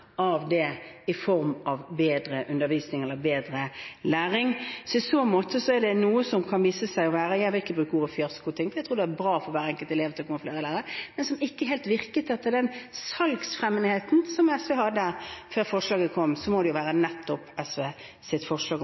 i form av bedre undervisning eller bedre læring. Jeg vil i så måte ikke bruke ordet «fiasko» – jeg tror det er bra for hver enkelt elev å kunne ha flere lærere, men det virket ikke helt så salgsfremmende som SV sa før forslaget kom – men det er jo nettopp det SVs forslag om